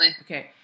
okay